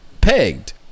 Pegged